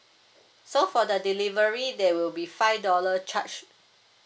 so for the delivery there will be five dollar charge